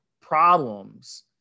problems